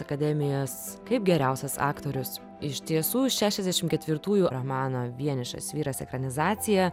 akademijos kaip geriausias aktorius iš tiesų šešiasdešim ketvirtųjų romano vienišas vyras ekranizacija